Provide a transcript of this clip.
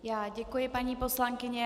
Já děkuji, paní poslankyně.